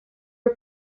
are